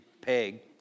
Peg